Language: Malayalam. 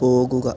പോകുക